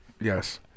yes